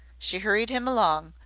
she hurried him along,